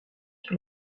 sur